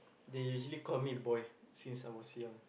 they usually call me boy since I was young